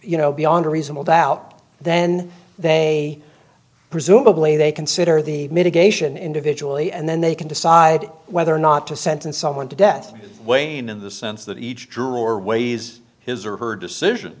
you know beyond a reasonable doubt then they presumably they consider the mitigation individually and then they can decide whether or not to sentence someone to death wayne in the sense that each juror weighs his or her decision